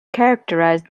characterized